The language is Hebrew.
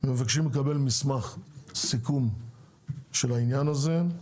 מבקשים לקבל מסמך סיכום של העניין הזה.